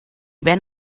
ven